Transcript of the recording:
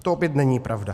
To opět není pravda.